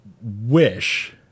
wish